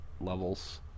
levels